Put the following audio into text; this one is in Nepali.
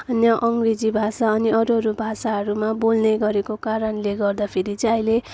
अन्य अङ्ग्रेजी भाषा अनि अरू अरू भाषाहरूमा बोल्ने गरेको कारणले गर्दा फेरि चाहिँ अहिले हाम्रो